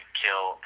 kill